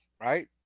right